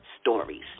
stories